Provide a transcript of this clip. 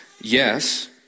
yes